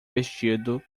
vestido